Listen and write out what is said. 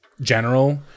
general